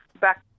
back